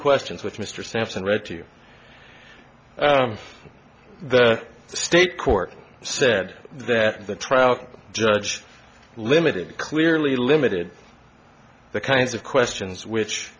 questions with mr sampson read to you the state court said that the trial judge limited clearly limited the kinds of questions which